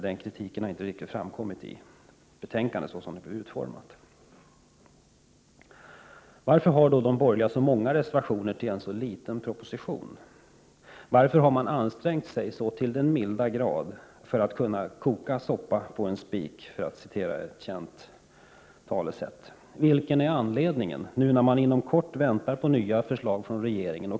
Den kritiken har inte riktigt framkommit i betänkandet såsom det är utformat. Varför har då de borgerliga så många reservationer till en så liten proposition? Varför har man ansträngt sig så till den milda grad för att kunna ”koka soppa på en spik”? Vilken är anledningen, nu när vi inom kort väntar på nya förslag från regeringen?